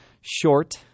short